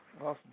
Awesome